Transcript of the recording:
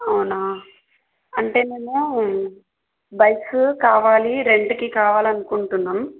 అవునా అంటే మేము బైక్స్ కావాలి రెంట్కి కావాలనుకుంటున్నాం